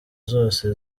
zose